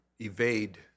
evade